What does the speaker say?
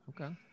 Okay